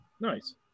Nice